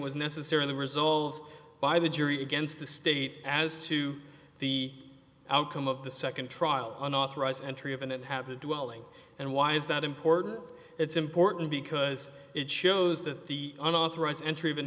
was necessarily resolved by the jury against the state as to the outcome of the second trial unauthorized entry of and it have a dwelling and why is that important it's important because it shows that the unauthorized ent